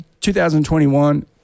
2021